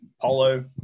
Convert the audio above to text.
polo